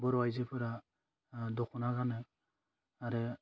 बर' आइजोफोरा दख'ना गानो आरो